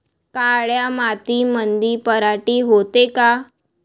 काळ्या मातीमंदी पराटी होते का?